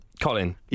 Colin